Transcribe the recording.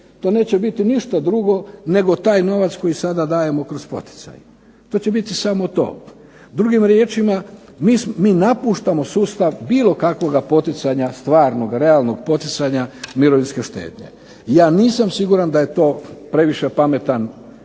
To neće biti ništa drugo nego taj novac koji sada dajemo kroz poticaj. To će biti samo to. Drugim riječima, mi napuštamo sustav bilo kakvog poticanja, stvarnog, realnog poticanja mirovinske štednje. Ja nisam siguran da je to pametan